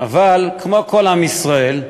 אבל כמו כל עם ישראל,